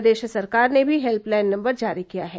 प्रदेश सरकार ने भी हेत्यलाइन नम्बर जारी किया है